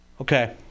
Okay